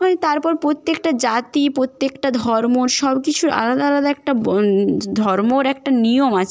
হয় তারপর প্রত্যেকটা জাতি প্রত্যেকটা ধর্ম সব কিছুর আলাদা আলাদা একটা ধর্মর একটা নিয়ম আছে